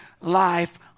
life